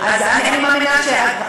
אז אני מאמינה שעד,